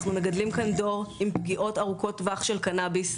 אנחנו מגדלים כאן דור עם פגיעות ארוכות טווח של קנאביס.